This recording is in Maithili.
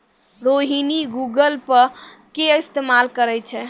रोहिणी गूगल पे के इस्तेमाल करै छै